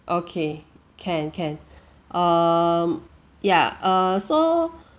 okay can can um ya uh so